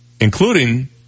including